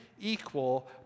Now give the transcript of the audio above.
equal